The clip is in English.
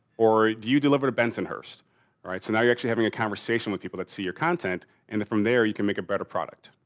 or do you deliver to bensonhurst? all right, so, now you actually having a conversation with people that see your content and from there you can make a better product.